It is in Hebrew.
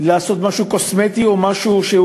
לעשות משהו קוסמטי, או משהו שהוא